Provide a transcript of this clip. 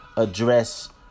address